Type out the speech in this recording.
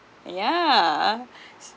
yeah